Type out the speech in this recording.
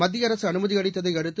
மத்திய அரசு அனுமதி அளித்ததை அடுத்து